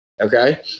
Okay